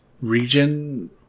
region